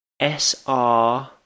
SR